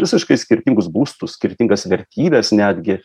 visiškai skirtingus būstus skirtingas vertybes netgi